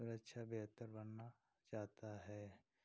सुरक्षा बेहतर बनना जाता है